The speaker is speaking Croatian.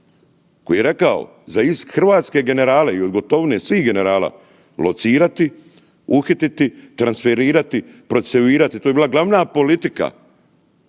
koji je rekao za hrvatske generale i od Gotovine i svih generala, locirati, uhititi, transferirati, procesuirati, to je bila glavna politika